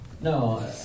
No